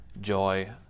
joy